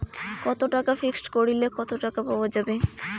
কত টাকা ফিক্সড করিলে কত টাকা পাওয়া যাবে?